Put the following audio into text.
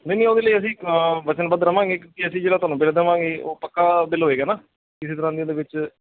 ਨਹੀਂ ਨਹੀਂ ਉਹਦੇ ਲਈ ਅਸੀਂ ਵਚਨਬੱਧ ਰਹਾਂਗੇ ਕਿਉਂਕਿ ਅਸੀਂ ਜਿਹੜਾ ਤੁਹਾਨੂੰ ਬਿੱਲ ਦੇਵਾਂਗੇ ਉਹ ਪੱਕਾ ਬਿੱਲ ਹੋਵੇਗਾ ਨਾ ਕਿਸੇ ਤਰ੍ਹਾਂ ਦੀ ਉਹਦੇ ਵਿੱਚ